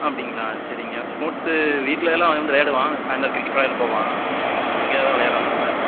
அப்படிங்களா சரிங்க ஸ்போர்ட்ஸ்ஸு வீட்லயெல்லாம் வந்து விளையாடுவான் சாய்ந்திரம் கிரிக்கெட் விளையாட போவான் அங்கே எதாவது விளையாட்றானா சார்